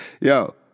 Yo